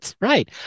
right